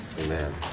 amen